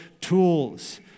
tools